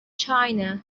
china